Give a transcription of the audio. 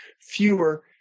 fewer